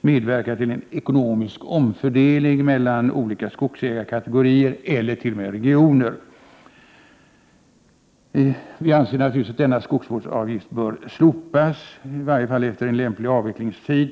medverka till en ekonomisk omfördelning mellan olika skogsägarkategorier eller t.o.m. olika regioner. Vi anser naturligtvis att skogsvårdsavgiften bör slopas, i varje fall efter en lämplig avvecklingstid.